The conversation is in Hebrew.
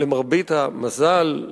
למרבה המזל,